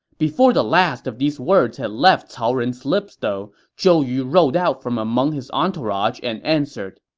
before the last of these words had left cao ren's lips, though, zhou yu rode out from among his entourage and answered,